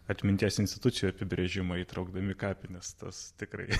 atminties institucijų apibrėžimą įtraukdami kapines tas tikrai